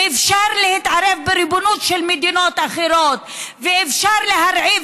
שאפשר להתערב בריבונות של מדינות אחרות ואפשר להרעיב